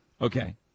Okay